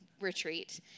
retreat